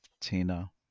Tina